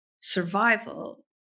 survival